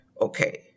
okay